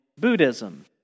Buddhism